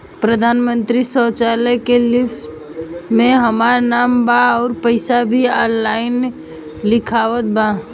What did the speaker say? प्रधानमंत्री शौचालय के लिस्ट में हमार नाम बा अउर पैसा भी ऑनलाइन दिखावत बा